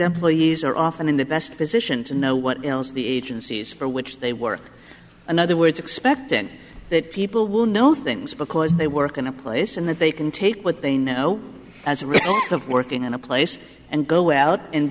employees are often in the best position to know what else the agencies for which they work in other words expectant that people will know things because they work in a place and that they can take what they know as a result of working in a place and go out and